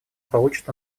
получит